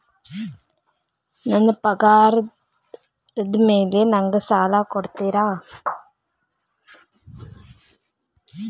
ನನ್ನ ಪಗಾರದ್ ಮೇಲೆ ನಂಗ ಸಾಲ ಕೊಡ್ತೇರಿ?